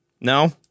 No